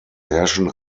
herrschen